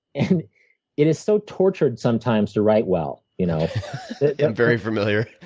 and it is so tortured sometimes to write well. you know i'm very familiar.